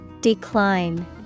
Decline